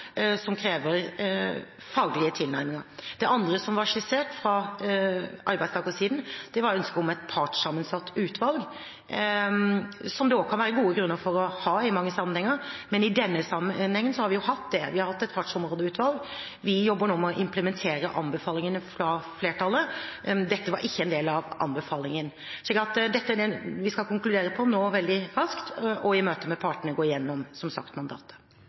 som krever faglige tilnærminger. Det andre som ble skissert fra arbeidstakersiden, var ønsket om et partssammensatt utvalg, som det også kan være gode grunner for å ha i mange sammenhenger, men i denne sammenheng har vi jo hatt det. Vi har hatt et fartsområdeutvalg. Vi jobber nå med å implementere anbefalingene fra flertallet. Dette var ikke en del av anbefalingen. Så her skal vi konkludere veldig raskt og i møte med partene, som sagt, gå gjennom mandatet. Eg meiner det er svært viktig, det som